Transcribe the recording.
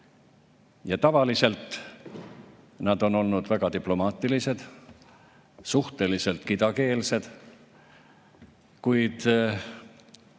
Tavaliselt nad on olnud väga diplomaatilised, suhteliselt kidakeelsed, kuid